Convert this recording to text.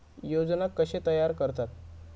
योजना कशे तयार करतात?